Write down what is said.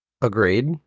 Agreed